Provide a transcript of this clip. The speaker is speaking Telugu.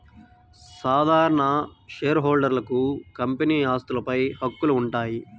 సాధారణ షేర్హోల్డర్లకు కంపెనీ ఆస్తులపై హక్కులు ఉంటాయి